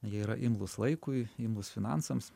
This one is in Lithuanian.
jie yra imlūs laikui imlūs finansams